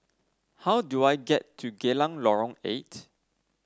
how do I get to Geylang Lorong Eight